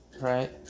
right